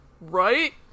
right